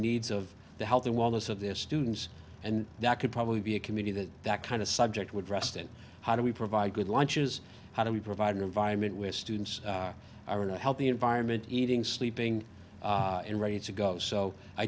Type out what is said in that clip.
needs of the health and wellness of this students and that could probably be a community that that kind of subject would rest in how do we provide good lunches how do we provide an environment where students are in a healthy environment eating sleeping and ready to go so i